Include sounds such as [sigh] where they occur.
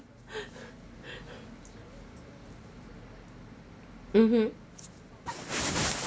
[breath] mmhmm